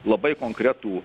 labai konkretų